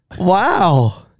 Wow